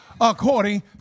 according